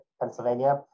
Pennsylvania